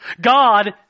God